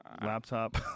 laptop